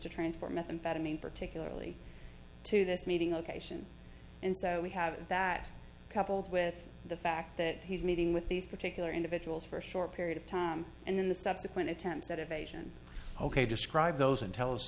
to transport methamphetamine particularly to this meeting occasion and so we have that coupled with the fact that he's meeting with these particular individuals for a short period of time and then the subsequent attempts at evasion ok describe those and tell us